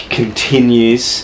continues